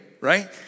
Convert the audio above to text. right